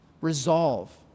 Resolve